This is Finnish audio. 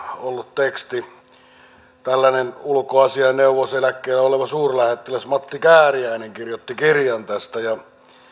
ollut teksti ulkoasiainneuvos eläkkeellä oleva suurlähettiläs matti kääriäinen kirjoitti kirjan tästä ja